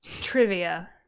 Trivia